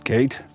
Kate